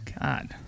God